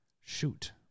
Shoot